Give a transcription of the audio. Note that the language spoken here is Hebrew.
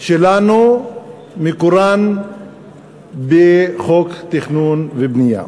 שלנו מקורן בחוק התכנון והבנייה.